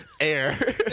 Air